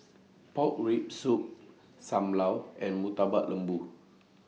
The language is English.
Pork Rib Soup SAM Lau and Murtabak Lembu